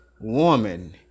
woman